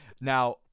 Now